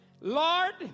Lord